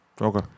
Okay